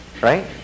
right